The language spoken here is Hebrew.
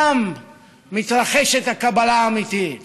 שם מתרחשת הקבלה האמיתית.